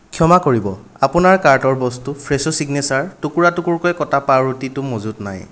ক্ষমা কৰিব আপোনাৰ কাৰ্টৰ বস্তু ফ্ৰেছো চিগনেচাৰ টুকুৰা টুকুৰকৈ কটা পাওৰুটিটো মজুত নাই